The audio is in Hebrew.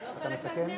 אני לא חלק מהכנסת?